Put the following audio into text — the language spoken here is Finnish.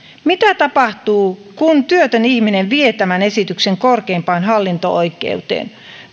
mitä tapahtuu kun työtön ihminen vie tämän esityksen korkeimpaan hallinto oikeuteen